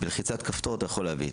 בלחיצת כפתור אתה יכול להביא.